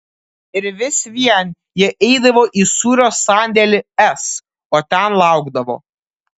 ir vis vien jie eidavo į sūrio sandėlį s o ten laukdavo